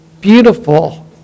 beautiful